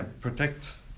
protect